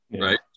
Right